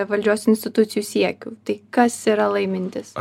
valdžios institucijų siekių tai kas yra laimintis